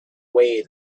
way